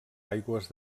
aigües